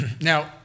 Now